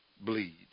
bleed